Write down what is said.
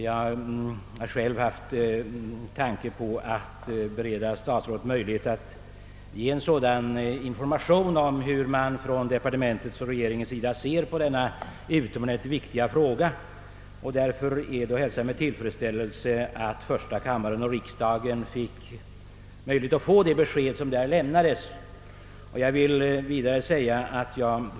Jag har själv haft en tanke på att bereda statsrådet möjlighet att ge en sådan information om hur man från departementets och regeringens sida ser på denna utomordentligt viktiga fråga. Därför hälsar jag alltså med tillfredsställelse att första kammaren och riksdagen kunde få det besked som lämnades.